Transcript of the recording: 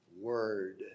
word